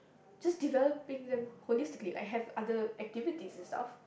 just developing them holistically I have other activities and stuff